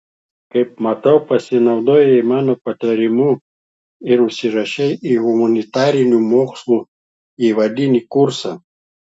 kaip matau pasinaudojai mano patarimu ir užsirašei į humanitarinių mokslų įvadinį kursą